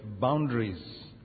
boundaries